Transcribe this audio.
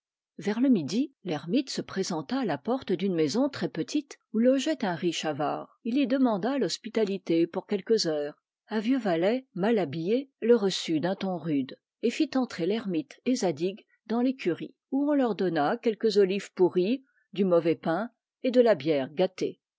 vers le midi l'ermite se présenta à la porte d'une maison très petite où logeait un riche avare il y demanda l'hospitalité pour quelques heures un vieux valet mal habillé le reçut d'un ton rude et fit entrer l'ermite et zadig dans l'écurie où on leur donna quelques olives pourries de mauvais pain et de la bière gâtée